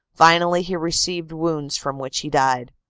finally he received vounds from which he died.